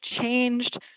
changed